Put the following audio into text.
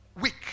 week